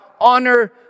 Honor